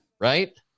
Right